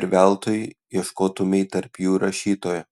ir veltui ieškotumei tarp jų rašytojo